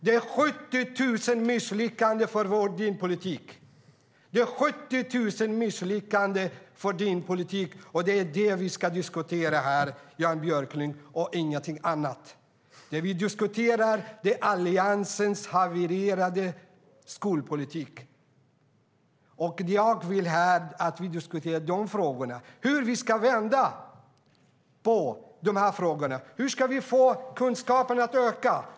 Det är 70 000 misslyckanden för din politik. Det är det vi ska diskutera här och inget annat, Jan Björklund. Det vi diskuterar är Alliansens havererade skolpolitik. Jag vill att vi diskuterar hur vi ska vända utvecklingen. Hur ska vi få kunskapen att öka?